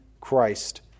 Christ